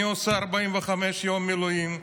אני עושה 45 יום מילואים,